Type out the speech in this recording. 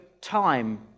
time